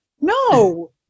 No